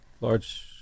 large